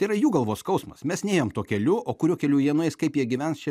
tai yra jų galvos skausmas mes nėjom tuo keliu o kuriuo keliu jie nueis kaip jie gyvens čia